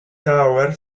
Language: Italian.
tower